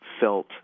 felt